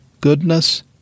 goodness